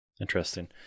Interesting